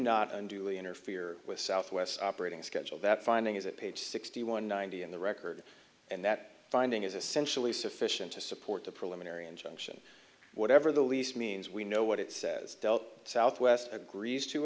not unduly interfere with southwest operating schedule that finding is it page sixty one ninety in the record and that finding is essentially sufficient to support the preliminary injunction whatever the lease means we know what it says dealt southwest agrees to